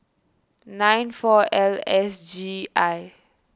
nine four L S G I